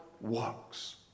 works